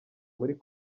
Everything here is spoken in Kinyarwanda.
muri